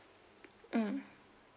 mm